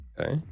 Okay